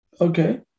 Okay